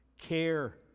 Care